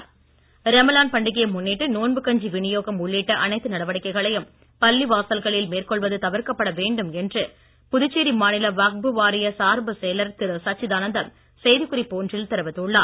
புதுவை ரமலான் ரமலான் பண்டிகையை முன்னிட்டு நோன்பு கஞ்சி விநியோகம் உள்ளிட்ட அனைத்து நடவடிக்கைகளையும் பள்ளி வாசல்களில் மேற்கொள்வது தவிர்க்கப்பட வேண்டும் என்று புதுச்சேரி மாநில வக்ஃபு வாரிய சார்பு செயலர் திரு சச்சிதானந்தம் செய்திக்குறிப்பு ஒன்றில் தெரிவித்துள்ளார்